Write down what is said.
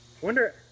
wonder